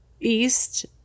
east